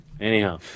anyhow